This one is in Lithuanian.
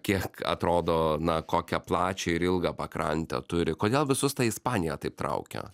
kiek atrodo na kokią plačią ir ilgą pakrantę turi kodėl visus tai ispanija taip traukia